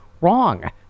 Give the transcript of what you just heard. wrong